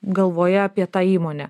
galvoje apie tą įmonę